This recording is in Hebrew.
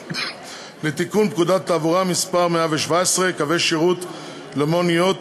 לתיקון פקודת התעבורה (מס' 117) (קווי שירות למוניות),